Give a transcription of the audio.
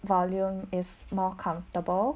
volume is more comfortable